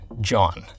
John